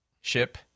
ship